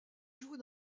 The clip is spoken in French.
joue